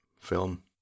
film